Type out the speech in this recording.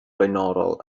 flaenorol